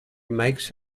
makes